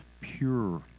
pure